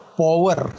power